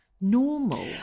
Normal